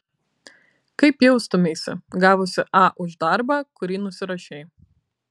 kaip jaustumeisi gavusi a už darbą kurį nusirašei